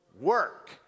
work